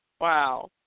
Wow